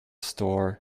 store